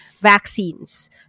vaccines